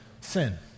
sin